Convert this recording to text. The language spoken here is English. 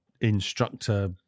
instructor